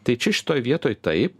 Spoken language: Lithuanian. tai čia šitoj vietoj taip